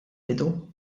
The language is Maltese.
bidu